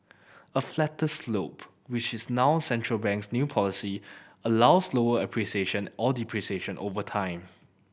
a flatter slope which is now central bank's new policy allows slower appreciation or depreciation over time